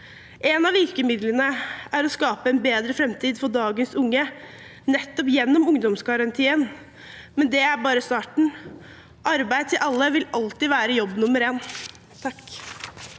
Et av virkemidlene er å skape en bedre framtid for dagens unge nettopp gjennom ungdomsgarantien, men det er bare starten. Arbeid til alle vil alltid være jobb nummer én. Shakeel